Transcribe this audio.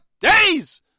days